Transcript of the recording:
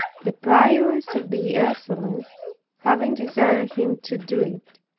the prioress of the ursulines having desired him to do it.